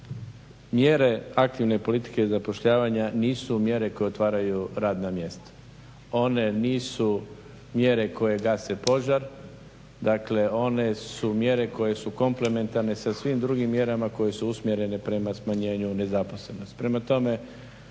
mjere aktivne politike zapošljavanja nisu mjere koje otvaraju radna mjesta. One nisu mjere koje gase požar, dakle one su mjere koje su komplementarne sa svim drugim mjerama koje su usmjerene prema smanjenju nezaposlenosti. Prema tome,